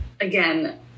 Again